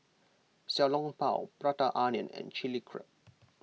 Xiao Long Bao Prata Onion and Chilli Crab